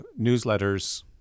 newsletters